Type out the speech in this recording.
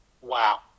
wow